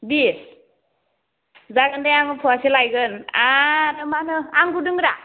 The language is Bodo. बिस जागोन दे आं फुवासे लायगोन आरो मा होनो आंगुर दङ दा